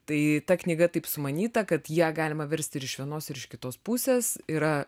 tai ta knyga taip sumanyta kad ją galima versti iš vienos ir iš kitos pusės yra